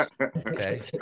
okay